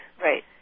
Right